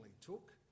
took